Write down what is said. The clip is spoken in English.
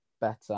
better